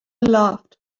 laughed